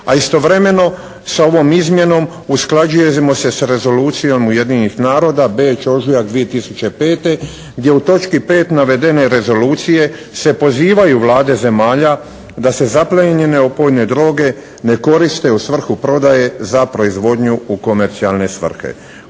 a istovremeno sa ovom izmjenom usklađujemo se sa rezolucijom Ujedinjenih naroda, Beč ožujak 2005. gdje u točki 5. navedene Rezolucije se pozivaju vlade zemalja da se zaplijenjene opojne droge ne koriste u svrhu prodaje za proizvodnju u komercijalne svrhe.